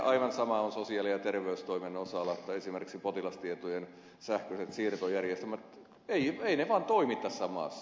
aivan sama on sosiaali ja terveystoimen osalla että esimerkiksi potilastietojen sähköiset siirtojärjestelmät eivät vaan toimi tässä maassa